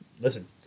listen